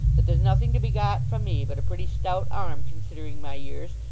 that there's nothing to be got from me but a pretty stout arm considering my years,